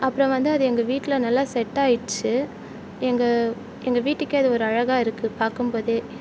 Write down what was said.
அப்புறம் வந்து அது எங்கள் வீட்டில் நல்லா செட் ஆயிடுச்சு எங்கள் எங்கள் வீட்டுக்கே அது ஒரு அழகாக இருக்குது பார்க்கும் போதே